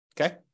Okay